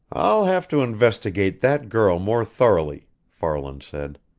i'll have to investigate that girl more thoroughly, farland said.